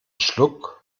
schluck